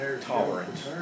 Tolerance